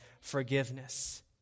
forgiveness